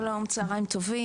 שלום וצהרים טובים.